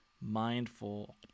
mindful